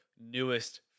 newest